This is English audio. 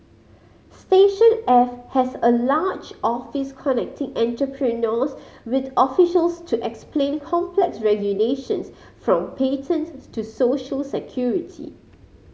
station F has a large office connecting entrepreneurs with officials to explain complex regulations from patents to social security